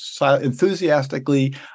enthusiastically